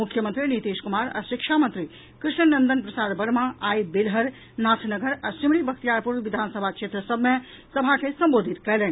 मुख्यमंत्री नीतीश कुमार आ शिक्षा मंत्री कृष्ण नंदन प्रसाद वर्मा आई बेलहर नाथनगर आ सिमरी बख्तियारपुर विधानसभा क्षेत्र सभ मे सभा के संबोधित कयलनि